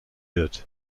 wird